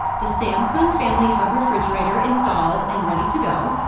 the samsung family hub refrigerator installed and ready to go.